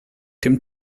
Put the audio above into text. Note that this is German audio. dem